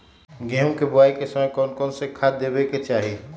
गेंहू के बोआई के समय कौन कौन से खाद देवे के चाही?